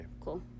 Cool